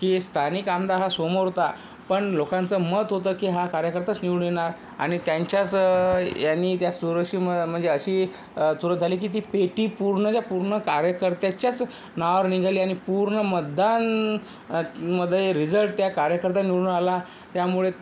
की स्थानिक आमदार हा समोर होता पण लोकांचं मत होतं की हा कार्यकर्ताच निवडून येणार आणि त्यांच्याच यानी त्या चुरशी म म्हणजे अशी चुरस झाली की ती पेटी पूर्णच्या पूर्ण कार्यकर्त्याच्याच नावावर निघाली आणि पूर्ण मतदान मध्ये रिझल्ट त्या कार्यकर्ता निवडून आला त्यामुळे